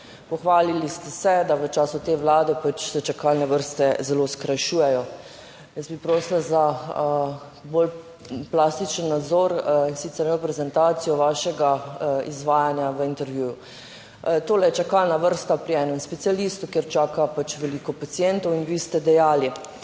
Pohvalili ste se, da v času te Vlade pač se čakalne vrste zelo skrajšujejo. Jaz bi prosila za bolj plastičen nadzor, in sicer reprezentacijo vašega izvajanja v intervjuju. Tole je čakalna vrsta pri enem specialistu, kjer čaka pač veliko pacientov in vi ste dejali,